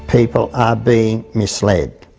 people are being misled.